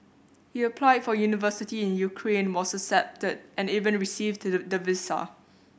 he applied for university in Ukraine was accepted and even received the visa